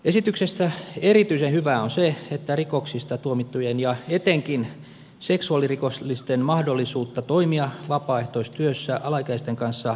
esityksessä erityisen hyvää on se että rikoksista tuomittujen ja etenkin seksuaalirikollisten mahdollisuutta toimia vapaaehtoistyössä alaikäisten kanssa hankaloitetaan